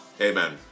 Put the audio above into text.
Amen